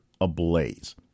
ablaze